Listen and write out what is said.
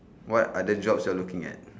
what other jobs you are looking at